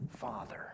Father